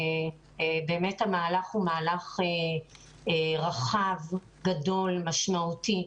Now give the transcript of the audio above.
המהלך הוא באמת רחב, גדול, משמעותי.